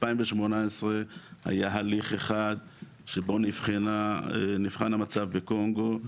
ב-2018 היה הליך אחד שבו נבחן המצב בקונגו,